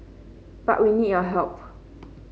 but we need your help